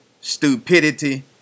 stupidity